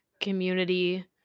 community